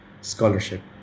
scholarship